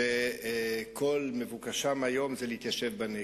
שכל מבוקשם היום זה להתיישב בנגב.